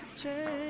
change